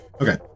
Okay